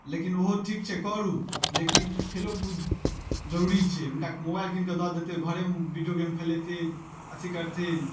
लेकिन ओहो ठीक छै करू लेकिन खेलो कूद जरुरी छै हुनका मोबाइल कीनकऽ दऽ देतै घरेमे वीडियो गेम खेलेथिन अथी करथिन